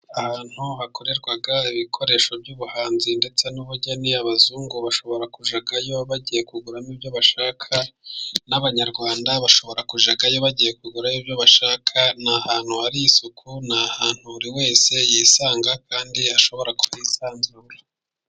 Ahantu hakorerwa ibikoresho by'ubuhanzi ndetse n'ubugeni, abazungu bashobora kujyayo bagiye kuguramo ibyo bashaka, n'abanyarwanda bashobora kujyayo bagiye kugura ibyo bashaka, ni ahantutu hari isuku, ni ahantu buri wese yisanga kandi ashobora kutisanzura.